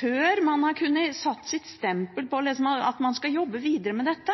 før man har kunnet sette sitt stempel på at man skal jobbe videre med dette,